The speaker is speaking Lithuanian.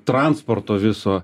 transporto viso